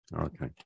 Okay